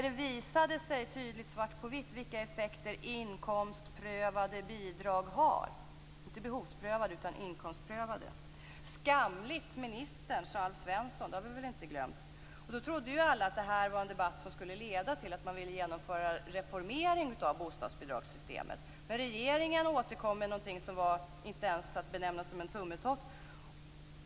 Det visade sig då tydligt i svart på vitt vilka effekter inkomstprövade bidrag har, inte behovsprövade utan inkomstprövade. Skamligt, ministern, sade Alf Svensson. Det har vi väl inte glömt. Då trodde ju alla att detta var en debatt som skulle leda till att man ville genomföra en reformering av bostadsbidragssystemet. Men regeringen återkom med någonting som inte ens är att benämna som en tummetott.